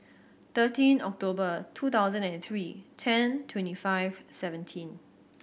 thirteen October two thousand and three ten twenty five seventeen